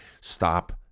Stop